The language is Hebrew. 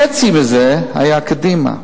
חצי מזה היה קדימה,